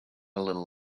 little